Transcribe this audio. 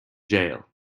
jail